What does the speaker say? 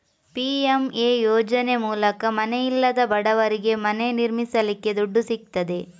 PMA ಯೋಜನೆ ಮೂಲಕ ಮನೆ ಇಲ್ಲದ ಬಡವರಿಗೆ ಮನೆ ನಿರ್ಮಿಸಲಿಕ್ಕೆ ದುಡ್ಡು ಸಿಗ್ತದೆ